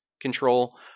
control